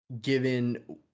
given